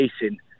facing